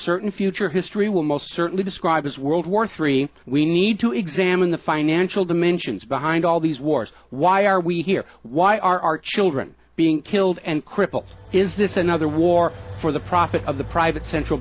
certain future history will most certainly describe as world war three we need to examine the financial dimensions behind all these wars why are we here why are our children being killed and crippled is this another war for the profit of the private central